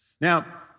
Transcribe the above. Now